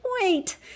wait